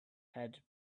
had